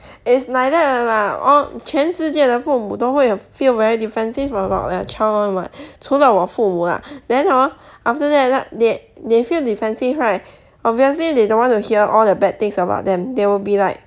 is like that 的 lah all 全世界的父母都会有 feel very defensive about their child [one] [what] 除了我父母 lah then hor after that they they feel defensive right obviously they don't want to hear all the bad things about them they will be like